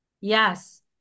yes